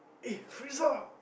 eh Firza